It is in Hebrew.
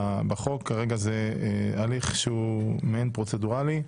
כרגע זה הליך שהוא מעין פרוצדורלי.